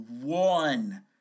one